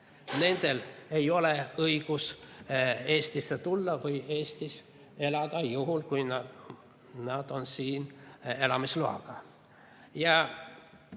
ei ole õigust Eestisse tulla või Eestis elada, juhul kui nad on siin elamisloaga.